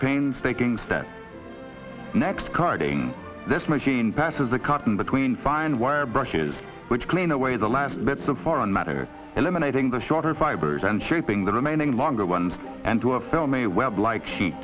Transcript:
painstaking step next carving this machine passes the cotton between fine wire brushes which clean away the last bits of foreign matter eliminating the shorter fibers and shaping the remaining longer ones and do a film a web